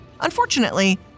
Unfortunately